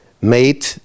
made